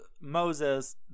Moses